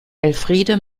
elfriede